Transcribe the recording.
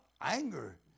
anger